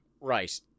Right